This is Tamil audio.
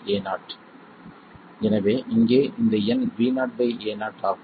எனவே இங்கே இந்த எண் Vo Ao ஆகும்